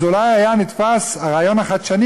אולי היה נתפס הרעיון החדשני,